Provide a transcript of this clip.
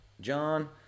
John